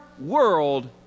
world